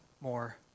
more